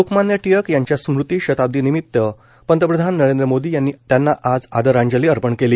लोकमान्य टिळक यांच्या स्मृती शताब्दीनिमित पंतप्रधान नरेंद्र मोदी यांनी त्यांना आज आदरांजली अर्पण केली